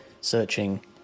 searching